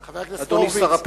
חבר הכנסת הורוביץ,